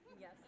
Yes